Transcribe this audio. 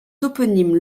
toponymes